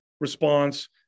response